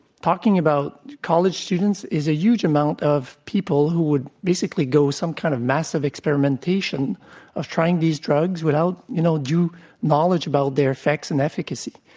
talking about college students is a huge amount of people who would basically go some kind of massive experimentation of trying these drugs without you know due knowledge about their e ffects and efficacy.